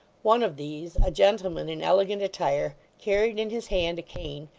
one of these, a gentleman in elegant attire, carried in his hand a cane,